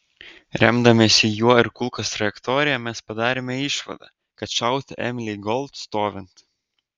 remdamiesi juo ir kulkos trajektorija mes padarėme išvadą kad šauta emilei gold stovint